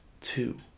two